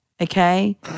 okay